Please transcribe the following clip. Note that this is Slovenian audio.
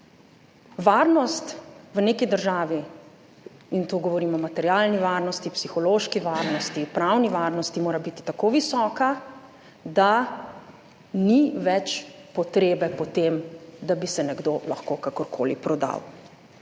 varnost v neki državi, in tu govorim o materialni varnosti, psihološki varnosti, pravni varnosti, mora biti tako visoka, da ni več potrebe po tem, da bi se nekdo lahko kakorkoli prodal.